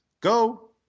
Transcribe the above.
go